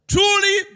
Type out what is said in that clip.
Truly